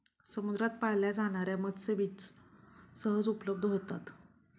समुद्रात पाळल्या जाणार्या मत्स्यबीज सहज उपलब्ध होतात